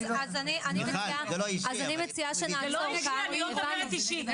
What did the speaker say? זה לא אישי, אני לא מדברת אישי.